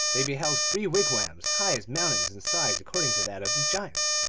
they beheld three wigwams, high as mountains, in size according to that of the giants.